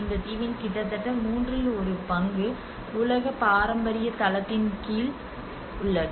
இந்த தீவின் கிட்டத்தட்ட மூன்றில் ஒரு பங்கு உலக பாரம்பரிய தளத்தின் கீழ் உள்ளது